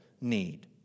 need